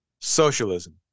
Socialism